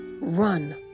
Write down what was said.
run